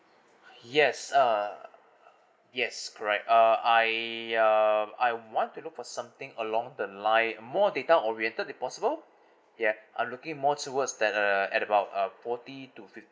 yes err yes correct uh I um I want to look for something along the like more data oriented if possible ya I'm looking more towards that uh at about uh forty to fifty